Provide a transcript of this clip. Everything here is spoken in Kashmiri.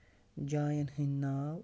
جاین ہِندی ناو